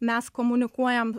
mes komunikuojam